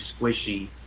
squishy